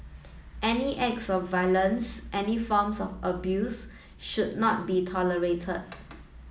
any acts of violence any forms of abuse should not be tolerated